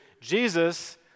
Jesus